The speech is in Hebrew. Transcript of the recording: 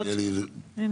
לימור סון הר מלך (עוצמה יהודית): הינה,